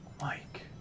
Mike